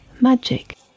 magic